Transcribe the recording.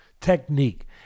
technique